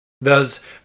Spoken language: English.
Thus